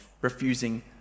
refusing